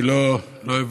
אני לא אוהב,